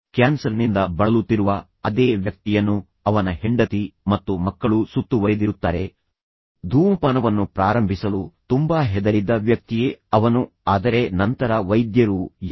ಕ್ಯಾನ್ಸರ್ನಿಂದ ಬಳಲುತ್ತಿರುವ ಅದೇ ವ್ಯಕ್ತಿಯನ್ನು ಅವನ ಹೆಂಡತಿ ಮತ್ತು ಮಕ್ಕಳು ಸುತ್ತುವರೆದಿರುತ್ತಾರೆ ಧೂಮಪಾನವನ್ನು ಪ್ರಾರಂಭಿಸಲು ತುಂಬಾ ಹೆದರಿದ್ದ ವ್ಯಕ್ತಿಯೇ ಅವನು ಆದರೆ ನಂತರ ವೈದ್ಯರು ಯಾರು